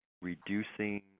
Reducing